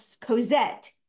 Cosette